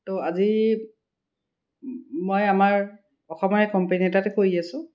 তো আজি মই আমাৰ অসমৰে কম্পেনী এটাতে কৰি আছো